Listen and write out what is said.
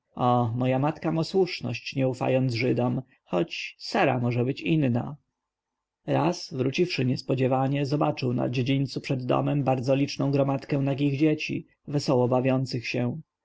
moja matka ma słuszność nie ufając żydom choć sara może być inna raz wróciwszy niespodzianie zobaczył na dziedzińcu przed domem bardzo liczną gromadkę nagich dzieci wesoło bawiących się